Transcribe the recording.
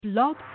blog